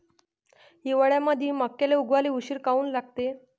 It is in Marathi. हिवाळ्यामंदी मक्याले उगवाले उशीर काऊन लागते?